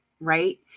Right